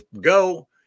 go